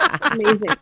Amazing